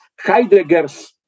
Heidegger's